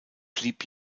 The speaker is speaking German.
blieb